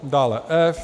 Dále F.